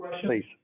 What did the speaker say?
please